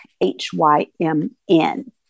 H-Y-M-N